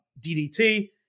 DDT